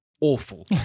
awful